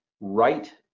right